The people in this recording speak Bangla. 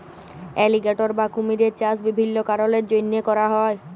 এলিগ্যাটর বা কুমিরের চাষ বিভিল্ল্য কারলের জ্যনহে ক্যরা হ্যয়